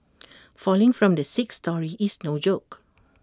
falling from the sixth storey is no joke